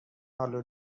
آلو